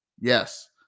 yes